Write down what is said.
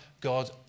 God